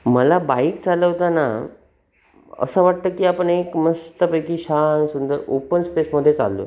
मला बाईक चालवताना असं वाटतं की आपण एक मस्तपैकी छान सुंदर ओपन स्पेसमध्ये चाललो आहे